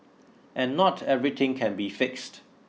and not everything can be fixed